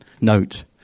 note